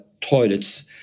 toilets